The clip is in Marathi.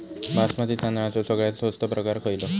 बासमती तांदळाचो सगळ्यात स्वस्त प्रकार खयलो?